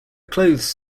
clothes